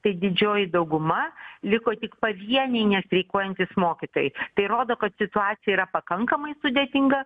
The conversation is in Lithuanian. tai didžioji dauguma liko tik pavieniai nestreikuojantys mokytojai tai rodo kad situacija yra pakankamai sudėtinga